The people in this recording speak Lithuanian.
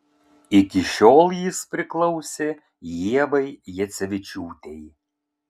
iki šiol jis priklausė ievai jacevičiūtei